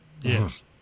Yes